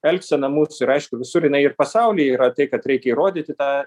elgsena mūsų ir aišku visur jinai ir pasaulyje yra tai kad reikia įrodyti tą